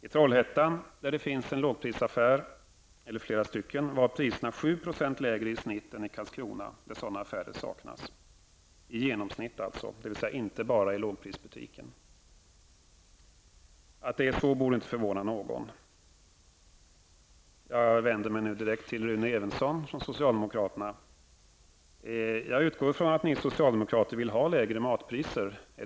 I Trollhättan, där det finns lågprisaffärer, var priserna 7 % lägre i snitt än i Karlskrona där sådana affärer saknas. Detta gällde således i genomsnitt, dvs. inte enbart i lågprisbutiken. Att det är så borde inte förvåna någon. Jag vänder mig nu direkt till Rune Evensson från socialdemokraterna. Jag utgår ifrån att ni socialdemokrater verkligen vill ha lägre matpriser.